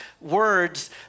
words